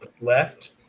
left